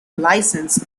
licence